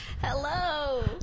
Hello